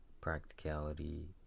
practicality